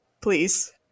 please